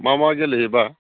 मा मा गेलेयोबा